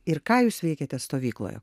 ir ką jūs veikėte stovykloje